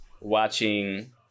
watching